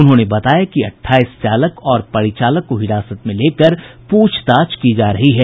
उन्होंने बताया कि अठाईस चालक और परिचालक को हिरासत में लेकर पूछताछ की जा रही है